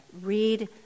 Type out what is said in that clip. Read